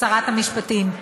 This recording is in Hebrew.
שרת המשפטים,